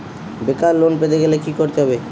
বেকার লোন পেতে গেলে কি করতে হবে?